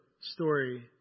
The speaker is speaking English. story